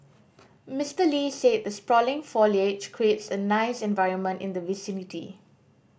Mister Lee said the sprawling foliage creates a nice environment in the vicinity